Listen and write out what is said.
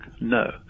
No